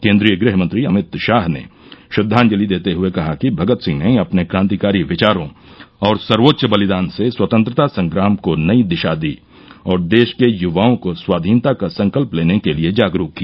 केन्द्रीय गृहमंत्री अमित शाह ने श्रद्वाजलि देते हुए कहा कि भगत सिंह ने अपने क्रांतिकारी विचारों और सर्वोच्च बलिदान से स्वतंत्रता संग्राम को नई दिशा दी और देश के युवाओं को स्वाधीनता का संकल्प लेने के लिए जागरूक किया